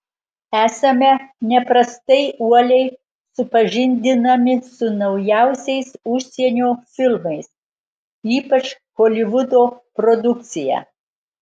esame neprastai uoliai supažindinami su naujausiais užsienio filmais ypač holivudo produkcija